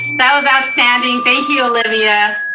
that was outstanding, thank you olivia.